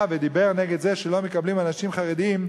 ודיבר נגד זה שלא מקבלים אנשים חרדים,